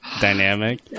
Dynamic